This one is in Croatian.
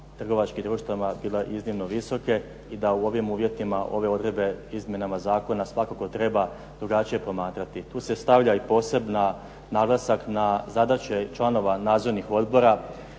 trgovačkih društava bile iznimno visoke i da u ovim uvjetima ove odredbe izmjenama zakona svakako treba drugačije promatrati. Tu se stavlja i poseban naglasak na zadaće članova nadzornih odbora,